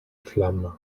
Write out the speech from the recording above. flamme